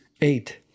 Eight